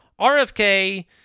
RFK